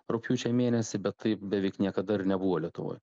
rugpjūčio mėnesį bet tai beveik niekada ir nebuvo lietuvoj